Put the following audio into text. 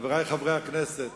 חברי חברי הכנסת,